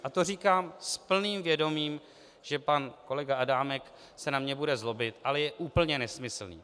A to říkám s úplným vědomím, že pan kolega Adámek se na mě bude zlobit, ale je úplně nesmyslný.